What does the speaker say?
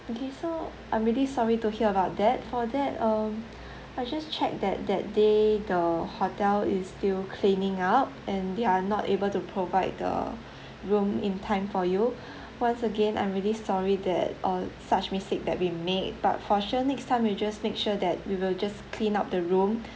okay so I'm really sorry to hear about that for that um I just check that that day the hotel is still cleaning up and they are not able to provide the room in time for you once again I'm really sorry that uh such mistakes that we made but for sure next time we'll just make sure that we will just clean up the room